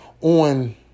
on